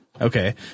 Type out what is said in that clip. okay